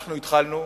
אנחנו התחלנו,